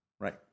Right